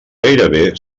gairebé